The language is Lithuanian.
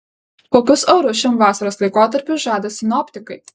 kokius orus šiam vasaros laikotarpiui žada sinoptikai